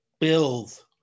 Bills